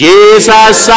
Jesus